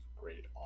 great